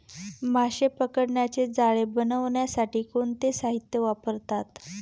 मासे पकडण्याचे जाळे बनवण्यासाठी कोणते साहीत्य वापरतात?